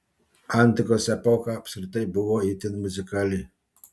antikos epocha apskritai buvo itin muzikali